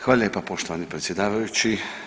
Hvala lijepo poštovani predsjedavajući.